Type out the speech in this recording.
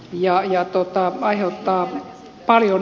ja ideat uutta aiheuttaa paljon